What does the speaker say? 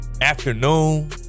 afternoon